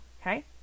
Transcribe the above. Okay